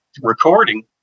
recording